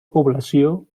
població